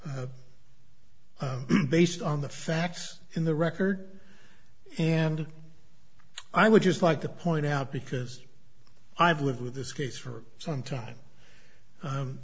based on the facts in the record and i would just like to point out because i've lived with this case for some time